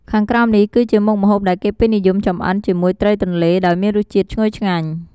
ខាងក្រោមនេះគឺជាមុខម្ហូបដែលគេពេញនិយមចម្អិនជាមួយត្រីទន្លេ ដោយមានរសជាតិឈ្ងុយឆ្ងាញ់។